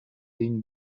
une